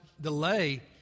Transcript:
delay